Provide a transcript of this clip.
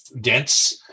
dense